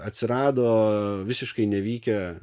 atsirado visiškai nevykę